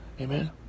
Amen